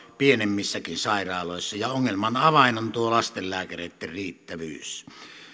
pienemmissäkin sairaaloissa ja ongelman avain on tuo lastenlääkäreitten riittävyys